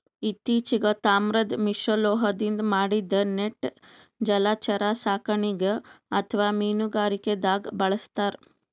ಇತ್ತಿಚೀಗ್ ತಾಮ್ರದ್ ಮಿಶ್ರಲೋಹದಿಂದ್ ಮಾಡಿದ್ದ್ ನೆಟ್ ಜಲಚರ ಸಾಕಣೆಗ್ ಅಥವಾ ಮೀನುಗಾರಿಕೆದಾಗ್ ಬಳಸ್ತಾರ್